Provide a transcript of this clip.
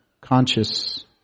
conscious